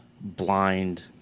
blind